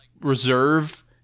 reserve